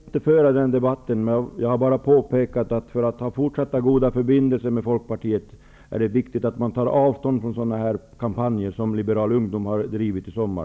Herr talman! Jag vill inte föra den debatten. Jag har bara påpekat att för att vi skall kunna ha fortsatta goda förbindelser med Folkpartiet är det viktigt att det tar avstånd från sådana kampanjer som Liberal ungdom har drivit i sommar.